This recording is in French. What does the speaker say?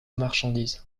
marchandise